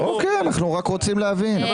אנחנו רק רוצים להבין.